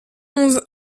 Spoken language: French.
onze